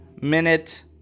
minute